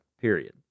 Period